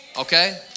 Okay